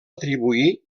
atribuir